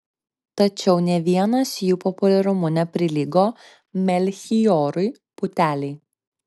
tačiau nė vienas jų populiarumu neprilygo melchijorui putelei